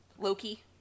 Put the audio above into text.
Loki